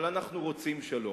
אבל אנחנו רוצים שלום.